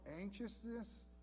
anxiousness